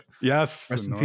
Yes